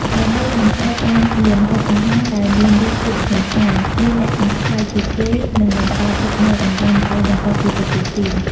ដើម្បីបង្កើតបានជាម្ហូបអាហារដែលមានរសជាតិឈ្ងុយឆ្ងាញ់ មានលក្ខណៈប្លែកពីគេ និងបន្សល់ទុកនូវអារម្មណ៍ល្អបន្ទាប់ពីទទួលទាន។